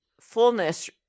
fullness